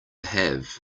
have